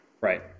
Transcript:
Right